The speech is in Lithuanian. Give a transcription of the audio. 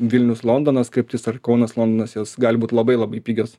vilnius londonas kryptis ar kaunas londonas jos gali būt labai labai pigios